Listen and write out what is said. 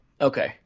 okay